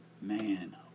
man